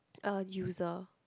a user